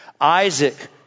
Isaac